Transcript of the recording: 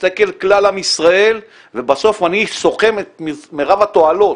מסתכל כלל עם ישראל ובסוף אני סוכם את מרב התועלות